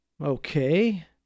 Okay